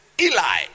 Eli